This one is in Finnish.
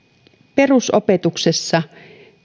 perusopetuksessa